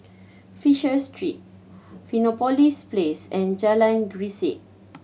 Fisher Street Fusionopolis Place and Jalan Grisek